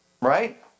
right